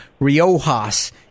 Riojas